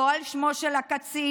לא על שמו של הקצין,